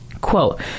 quote